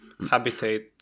habitate